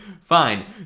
fine